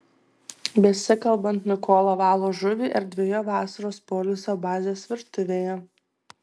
besikalbant mikola valo žuvį erdvioje vasaros poilsio bazės virtuvėje